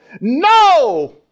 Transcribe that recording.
No